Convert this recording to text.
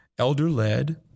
elder-led